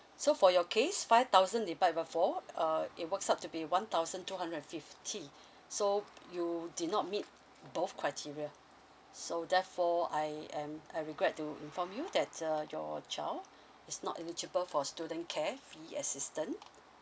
so for your case five thousand divide by four uh it works up to be one thousand two hundred and fifty so you did not meet both criteria so therefore I am I regret to inform you that uh your child is not eligible for student care fee assistance